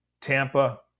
Tampa